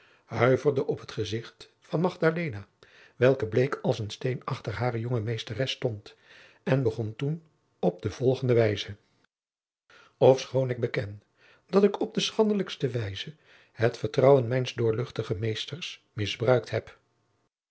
huiverde op het gezicht van magdalena welke bleek als een steen achter hare jonge meesteres stond en begon toen op de volgende wijze ofschoon ik beken dat ik op de schandelijkste wijze het vertrouwen mijns doorluchtigen meesters misbruikt heb